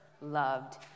loved